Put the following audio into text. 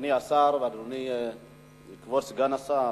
אדוני השר, אדוני כבוד סגן השר,